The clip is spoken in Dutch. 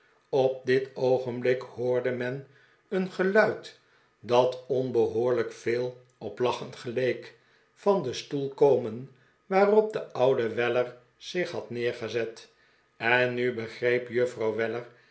op dit oogenblik hoorde men een geluid dat onbehoorlijk veel op lachen geleek van den stoel komen waarop de oude weller zich had neergezet en nu begreep juffrouw